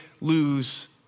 lose